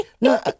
No